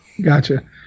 Gotcha